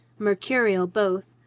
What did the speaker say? mercurial both,